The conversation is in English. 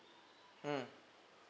um